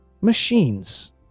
machines